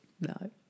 No